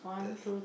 test